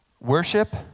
Worship